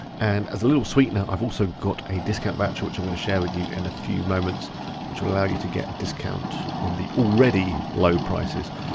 and as a little sweetener, i've also got a discount voucher which i'm gonna share with you in a few moments which will allow you to get a discount on the already low prices.